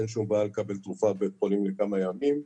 אין שום בעיה לקבל תרופה בבית חולים לכמה ימים,